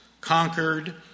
conquered